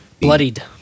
bloodied